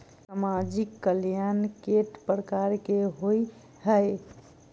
सामाजिक कल्याण केट प्रकार केँ होइ है?